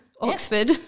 Oxford